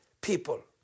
people